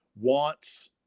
wants